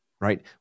right